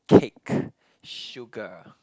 cake sugar